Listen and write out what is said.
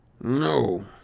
No